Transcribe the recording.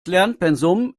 lernpensum